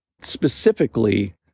specifically